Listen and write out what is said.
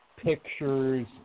Pictures